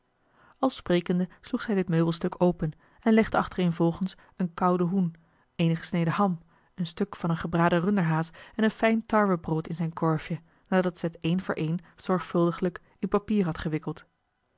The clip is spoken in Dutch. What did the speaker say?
al sprekende sloeg zij dit meubelstuk open en legde achtereenvolgens een koud hoen eenige sneden ham een stuk van een gebraden runderhaas en een fijn tarwebrood in zijn korfje nadat zij het een voor een zorgvuldiglijk in papier had gewikkeld